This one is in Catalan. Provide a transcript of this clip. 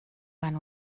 van